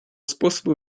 способу